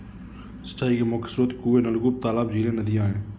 सिंचाई के मुख्य स्रोत कुएँ, नलकूप, तालाब, झीलें, नदियाँ हैं